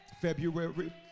February